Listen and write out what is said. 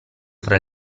fra